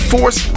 Force